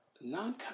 Non